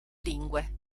lingue